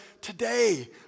today